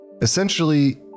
Essentially